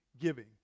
giving